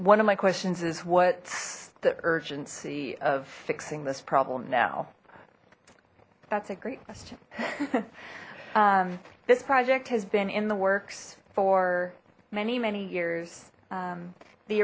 one of my questions is what's the urgency of fixing this problem now that's a great question this project has been in the works for many many years